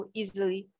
easily